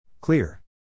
Clear